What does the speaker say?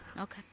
Okay